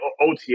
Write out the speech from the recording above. OTA